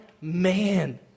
man